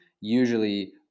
usually